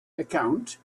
account